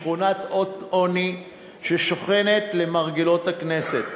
שכונת עוני ששוכנת למרגלות הכנסת,